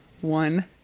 one